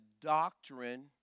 doctrine